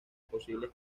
posibles